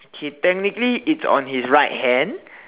okay technically it's on his right hand